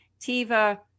Tiva